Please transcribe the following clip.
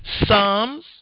Psalms